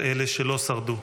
על אלה שלא שרדו.